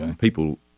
people